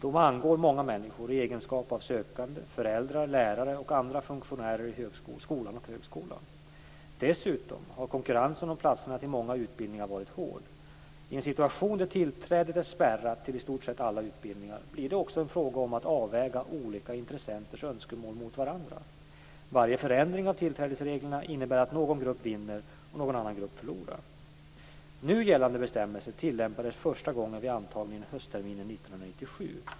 De angår många människor i egenskap av sökande, föräldrar, lärare och andra funktionärer i skolan och högskolan. Dessutom har konkurrensen om platserna till många utbildningar varit hård. I en situation där tillträdet är spärrat till i stort sett alla utbildningar blir det också en fråga om att avväga olika intressenters önskemål mot varandra. Varje förändring av tillträdesreglerna innebär att någon grupp vinner och någon annan grupp förlorar. Nu gällande bestämmelser tillämpades första gången vid antagningen höstterminen 1997.